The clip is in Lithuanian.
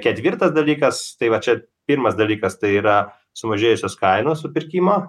ketvirtas dalykas tai va čia pirmas dalykas tai yra sumažėjusios kainos supirkimo